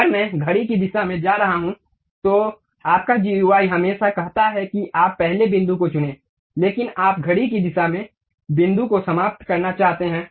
अगर मैं घड़ी की दिशा में जा रहा हूं तो आपका जीयूआई हमेशा कहता है कि आप पहले बिंदु को चुनें लेकिन आप घड़ी की दिशा में बिंदु को समाप्त करना चाहते हैं